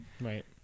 Right